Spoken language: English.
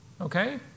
okay